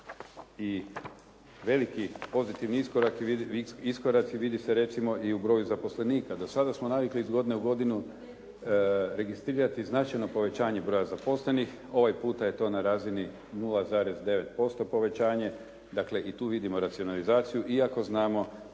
i veliki pozitivni iskoraci vidi se recimo i u broju zaposlenika. Do sada smo navikli iz godine u godinu registrirati značajno povećanje broja zaposlenih, ovaj puta je to na razini 0,9% povećanje. Dakle, i tu vidimo racionalizaciju iako znamo